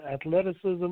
athleticism